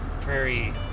prairie